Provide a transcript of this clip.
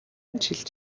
ярианд